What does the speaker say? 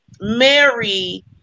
Mary